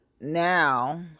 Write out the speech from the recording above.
now